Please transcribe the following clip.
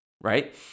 right